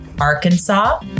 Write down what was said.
Arkansas